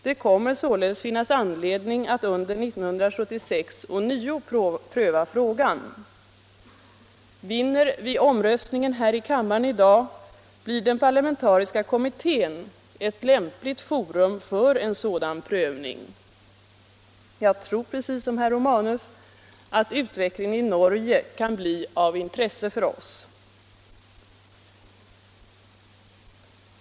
Det kommer således att finnas anledning att under 1976 ånyo pröva frågan. Vinner vi omröstningen 31 här i kammaren i dag blir den parlamentariska kommittén ett lämpligt forum för en sådan prövning. Jag tror, precis som herr Romanus, att utvecklingen i Norge kan bli av intresse för oss.